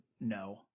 no